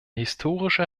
historische